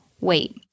wait